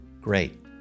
great